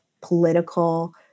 political